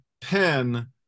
pen